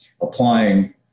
applying